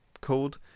called